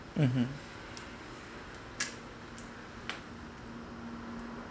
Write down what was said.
mmhmm